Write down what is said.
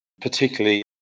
particularly